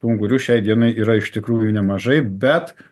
ungurių šiai dienai yra iš tikrųjų nemažai bet